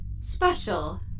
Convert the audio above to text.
special